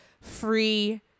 free